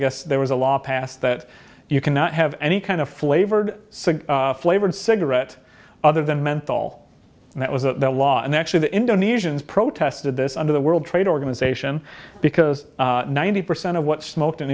guess there was a law passed that you cannot have any kind of flavored flavored cigarette other than menthol and that was the law and actually the indonesians protested this under the world trade organization because ninety percent of what smoked in